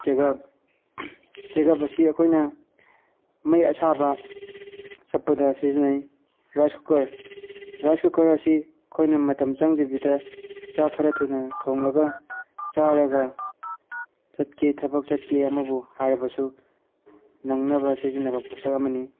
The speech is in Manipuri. ꯆꯦꯒꯞ ꯆꯦꯒꯞ ꯑꯁꯤ ꯑꯩꯈꯣꯏꯅ ꯃꯩ ꯑꯁꯥꯕ ꯆꯞꯄꯗ ꯁꯤꯖꯤꯟꯅꯩ ꯔꯥꯏꯁ ꯀꯨꯀꯔ ꯔꯥꯏꯁ ꯀꯨꯀꯔ ꯑꯁꯤ ꯑꯩꯈꯣꯏꯅ ꯃꯇꯝ ꯆꯪꯗꯕꯤꯗ ꯆꯥꯛ ꯈꯔ ꯊꯨꯅ ꯊꯣꯡꯂꯒ ꯆꯥꯔꯒ ꯆꯠꯀꯦ ꯊꯕꯛ ꯆꯠꯀꯦ ꯑꯃꯕꯨ ꯍꯥꯏꯔꯕꯁꯨ ꯅꯪꯅꯕ ꯁꯤꯖꯤꯟꯅꯕ ꯄꯣꯠꯁꯛ ꯑꯃꯅꯤ